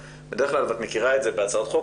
בדרך כלל ואת מכירה את זה בהצעות חוק,